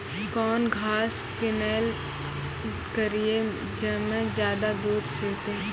कौन घास किनैल करिए ज मे ज्यादा दूध सेते?